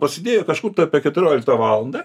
pasidėjo kažkur apie keturioliktą valandą